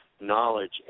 knowledge